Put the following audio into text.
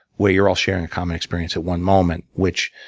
way you're all sharing a common experience at one moment, which